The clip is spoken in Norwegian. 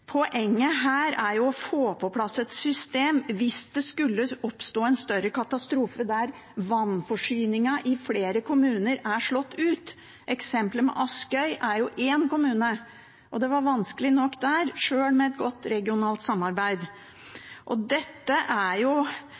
Poenget her er jo å få på plass et system hvis det skulle oppstå en større katastrofe der vannforsyningen i flere kommuner er slått ut; eksempelet med Askøy er én kommune, og det var vanskelig nok der, sjøl med et godt regionalt samarbeid. Dette